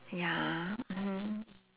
ya ah mmhmm